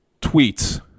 tweets